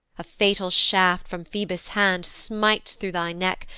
a fatal shaft from phoebus' hand smites thro' thy neck,